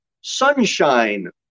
sunshine